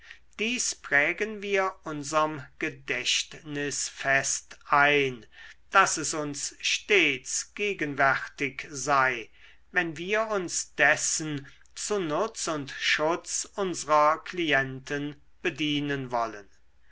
dies prägen wir unserm gedächtnis fest ein daß es uns stets gegenwärtig sei wenn wir uns dessen zu nutz und schutz unsrer klienten bedienen wollen